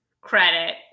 credit